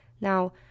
Now